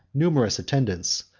numerous attendants,